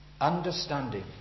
understanding